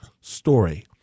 story